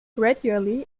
gradually